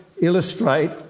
illustrate